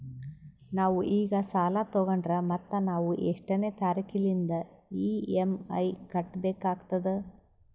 ನಾವು ಈಗ ಸಾಲ ತೊಗೊಂಡ್ರ ಮತ್ತ ನಾವು ಎಷ್ಟನೆ ತಾರೀಖಿಲಿಂದ ಇ.ಎಂ.ಐ ಕಟ್ಬಕಾಗ್ತದ್ರೀ?